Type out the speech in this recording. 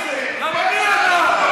למה מי אתה?